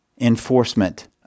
enforcement